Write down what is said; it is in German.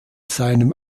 seinem